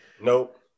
Nope